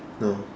no